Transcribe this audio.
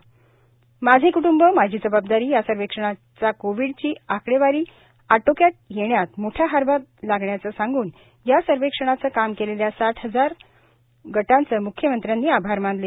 माझे कुटुंब माझी जबाबदारी यासर्वेक्षणाचा कोविडची आकडेवारी आटोक्यात येण्यात मोठा हातभार लागल्याचं सांगून या सर्वेक्षणाचं काम केलेल्या साठ हजार म्ख्यमंत्र्यांनी आभार मानले